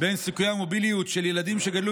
בין סיכויי המוביליות של ילדים שגדלו